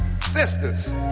sisters